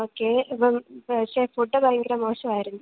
okay അപ്പം പക്ഷേ food ഭയങ്കരം മോശമായിരുന്നു